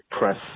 press